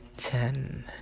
Ten